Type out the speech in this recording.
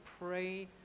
pray